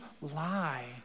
lie